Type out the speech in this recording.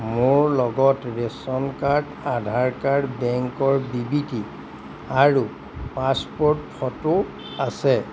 মোৰ লগত ration card Aadhaar card বেংকৰ বিবৃতি আৰু পাছপৰ্ট ফটো আছে